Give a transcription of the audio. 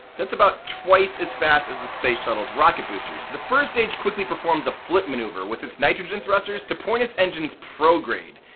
that's about twice as fast as the space shuttle's rocket boosters. the first stage quickly performs a flip maneuver with its nitrogen thrusters, to point its engines prograde.